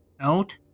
out